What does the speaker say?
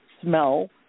smell